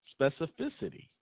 specificity